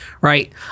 right